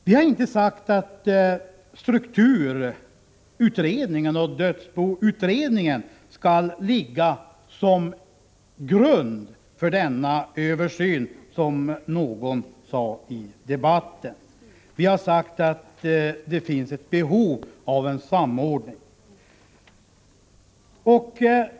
Vi har inte sagt att strukturutredningen och dödsboutredningen skall ligga som grund för denna översyn, som någon påstod i debatten. Vi har sagt att det finns ett behov av en samordning.